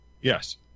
Yes